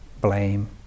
blame